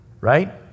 Right